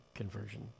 Conversion